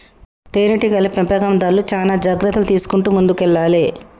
తేనె టీగల పెంపకందార్లు చానా జాగ్రత్తలు తీసుకుంటూ ముందుకెల్లాలే